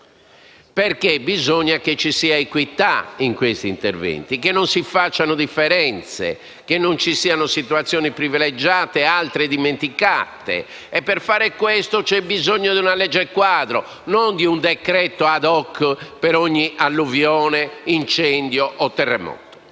necessario che ci sia equità in questi interventi, che non si facciano differenze, che non vi siano situazioni privilegiate e altre dimenticate, e per fare questo c'è bisogno di una legge quadro, non di un decreto-legge *ad hoc* per ogni alluvione, incendio o terremoto.